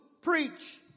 preach